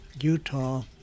Utah